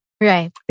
right